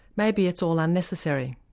maybe it's all unnecessary.